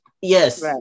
Yes